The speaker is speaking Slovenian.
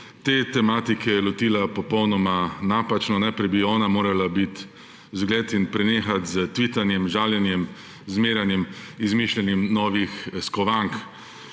te tematike lotila popolnoma napačno. Najprej bi ona morala biti zgled in prenehati s tvitanjem, žaljenjem, zmerjanjem, izmišljanjem novih skovank.